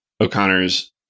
O'Connor's